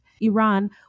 Iran